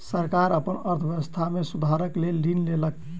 सरकार अपन अर्थव्यवस्था में सुधारक लेल ऋण लेलक